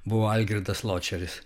buvo algirdas ločeris